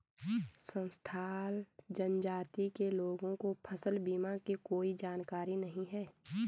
संथाल जनजाति के लोगों को फसल बीमा की कोई जानकारी नहीं है